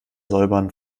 säubern